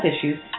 issues